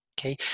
okay